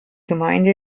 gemeinde